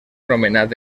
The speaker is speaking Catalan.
nomenat